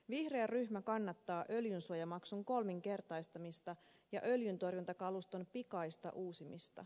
vihreä ryhmä kannattaa öljynsuojamaksun kolminkertaistamista ja öljyntorjuntakaluston pikaista uusimista